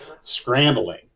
scrambling